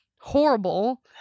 horrible